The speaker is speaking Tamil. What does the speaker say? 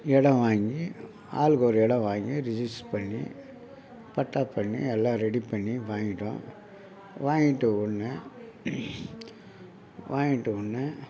இடம் வாங்கி ஆளுக்கு ஒரு இடம் வாங்கி ரிஜிஸ்டர் பண்ணி பட்டா பண்ணி எல்லாம் ரெடி பண்ணி வாங்கிவிட்டோம் வாங்கிக்கிட்ட உடனே வாங்கிக்கிட்டவுன்னே